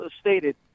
stated